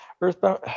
Earthbound